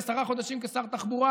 עשרה חודשים כשר תחבורה